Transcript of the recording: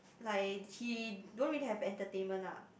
like he don't really have entertainment ah